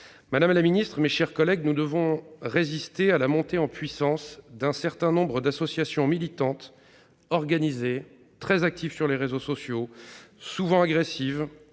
Madame la ministre, mes chers collègues, nous devons résister à la montée en puissance d'un certain nombre d'associations militantes, organisées, très actives sur les réseaux sociaux, souvent agressives,